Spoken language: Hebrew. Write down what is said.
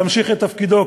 להמשיך את תפקידו,